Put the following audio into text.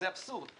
זה אבסורד.